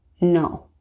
No